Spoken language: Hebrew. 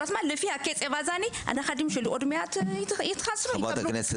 בקצב הזה הנכדים שלי עוד מעט יתחסנו נגד שחפת.